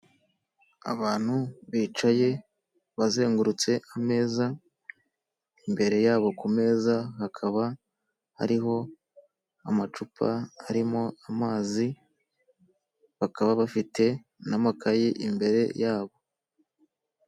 Abantu bicaye bazengurutse ameza imbere yabo k'umeza hakaba hariho amacupa arimo amazi bakaba bafite n'amakaye imbere yabo.